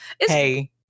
hey